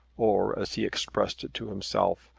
or, as he expressed it to himself,